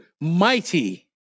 mighty